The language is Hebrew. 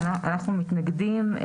אנחנו מתנגדים.